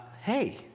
Hey